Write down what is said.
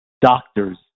Doctors